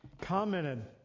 commented